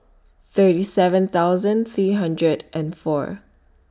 thirty seven thousand three hundred and four